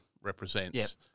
represents